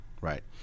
right